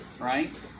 right